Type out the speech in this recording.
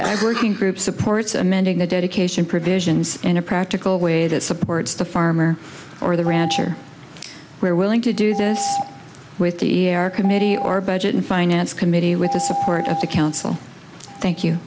working group supports amending the dedication provisions in a practical way that supports the farmer or the rancher we're willing to do this with the committee or budget and finance committee with the support of the council thank you